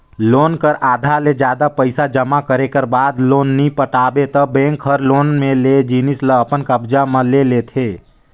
loan कर आधा ले जादा पइसा जमा करे कर बाद लोन ल नी पटाबे ता बेंक हर लोन में लेय जिनिस ल अपन कब्जा म ले लेथे